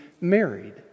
married